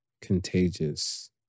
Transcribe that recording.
contagious